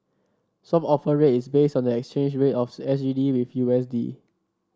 Swap Offer Rate is based on the exchange rate of S G D with U S D